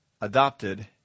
adopted